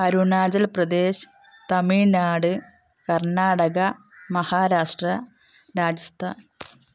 Arunachal Pradesh Tamil Nadu Karnataka Maharashtra Rajasthan